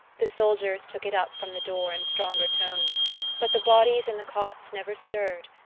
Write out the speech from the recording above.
the soldiers took it up from the door in stronger tones but the bodies in the cots never stirred,